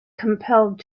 compelled